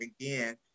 again